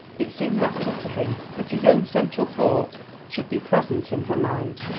it seemed natural to him that his own central thought should be present in her mind.